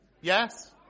Yes